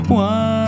one